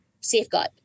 safeguard